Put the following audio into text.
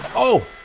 oh!